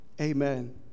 Amen